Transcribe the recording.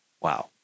Wow